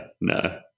no